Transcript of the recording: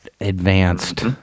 advanced